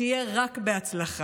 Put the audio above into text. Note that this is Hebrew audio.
שיהיה רק בהצלחה.